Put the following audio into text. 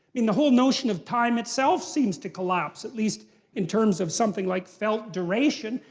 mean the whole notion of time itself seems to collapse, at least in terms of something like felt duration.